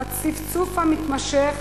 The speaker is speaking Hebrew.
הצפצוף המתמשך